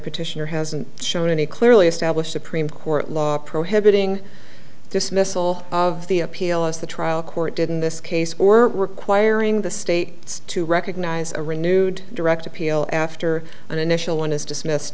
petitioner hasn't shown any clearly established supreme court law prohibiting dismissal of the appeal of the trial court did in this case or requiring the state to recognize a renewed direct appeal after an initial one is dismissed